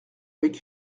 avec